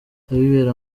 abibera